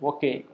Okay